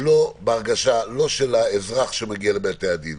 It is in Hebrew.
בין בתי-המשפט לבתי-הדין לא בהנגשה לאזרח שמגיע לבתי-הדין